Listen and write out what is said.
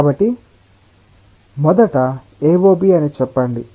కాబట్టి మొదట AOB అని చెప్పండి